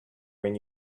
when